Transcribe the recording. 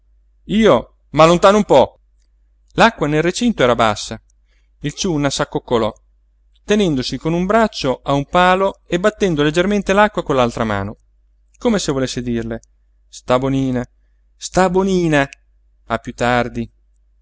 m'arrabatto io m'allontano un po l'acqua nel recinto era bassa il ciunna s'accoccolò tenendosi con un braccio a un palo e battendo leggermente l'acqua con l'altra mano come se volesse dirle sta bonina sta bonina a piú tardi